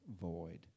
void